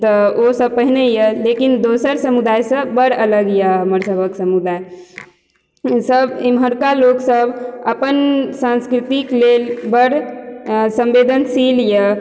तऽ ओ सब पहिरैया लेकिन दोसर समुदायसँ बढ़ अलग यऽ हमर सबहक समुदाय सब इमहरका लोक सब अपन सँस्कृतिक लेल बढ़ संवेदनशील यऽ